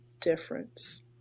difference